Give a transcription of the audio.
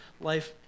life